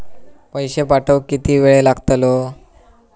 पैशे पाठवुक किती वेळ लागतलो?